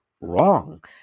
wrong